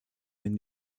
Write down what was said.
den